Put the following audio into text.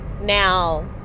now